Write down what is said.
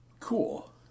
Cool